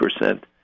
percent